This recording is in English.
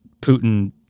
Putin